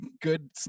good